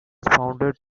founded